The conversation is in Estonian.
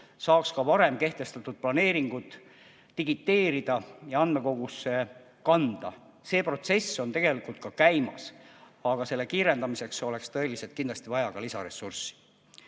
saaks ka varem kehtestatud planeeringud digiteerida ja andmekogusse kanda. See protsess on tegelikult käimas, aga selle kiirendamiseks oleks kindlasti vaja lisaressurssi.